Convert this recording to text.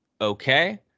okay